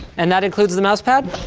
and that includes the mouse pad?